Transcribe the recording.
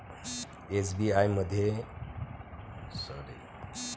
SBI मधी खाते हाय, मले बँक ऑफ इंडियामध्ये आर.टी.जी.एस कराच हाय, होऊ शकते का?